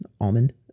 Almond